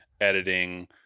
editing